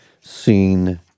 seen